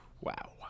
Wow